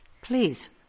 Please